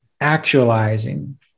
actualizing